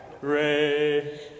Ray